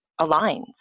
aligns